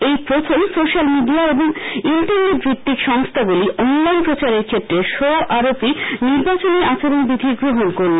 এই প্রথম social media এবং ইন্টারনেট ভিত্তিক সংস্হাগুলি অনলাইন প্রচারের ক্ষেত্রে স্ব আরোপি নির্বাচনী আচরণবিধি গ্রহণ করল